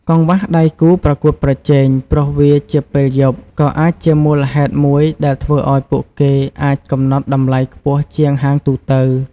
កង្វះដៃគូប្រកួតប្រជែង ព្រោះវាជាពេលយប់ ក៏អាចជាមូលហេតុមួយដែលធ្វើឲ្យពួកគេអាចកំណត់តម្លៃខ្ពស់ជាងហាងទូទៅ។